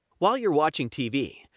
while you're watching tv,